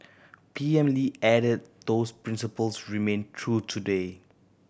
P M Lee added that those principles remain true today